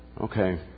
Okay